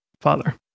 father